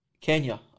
Kenya